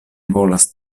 volas